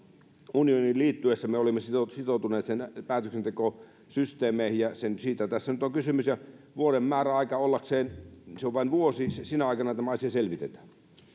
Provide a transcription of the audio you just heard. unioniin liittyessä me olemme sitoutuneet sen päätöksentekosysteemeihin ja siitä tässä nyt on kysymys vuoden määräaika se on vain vuosi ja sinä aikana tämä asia selvitetään